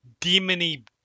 demony